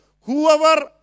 Whoever